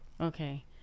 okay